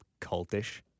cultish